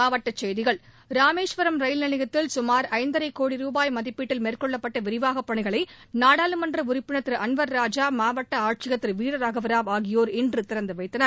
மாவட்டச்செய்திகள் Rameswaram rail நிலையத்தில் சுமார் ஐந்தரை கோடி ரூபாய் மதிப்பீட்டில் மேற்கொள்ளப்பட்ட விரிவாக்க பணிகளை நாடாளுமன்ற உறுப்பினர் திரு அன்வர் ராஜா மாவட்ட ஆட்சியர் திரு வீரராகவ ராவ் ஆகியோர் இன்று திறந்துவைத்தனர்